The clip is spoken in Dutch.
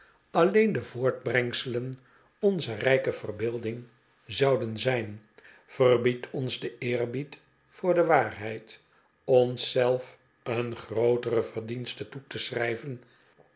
alleen de voortbrengselen onzer rijke verbeelding zouden zijn verbiedt ons de eerbied voor de waarheid ons zelf een grootere verdienste toe te schrijven